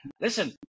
listen